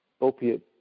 opiate